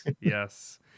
yes